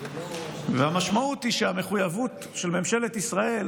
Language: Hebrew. והמשמעות היא שהמחויבות של ממשלת ישראל